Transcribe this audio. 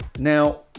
Now